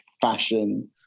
fashion